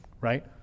right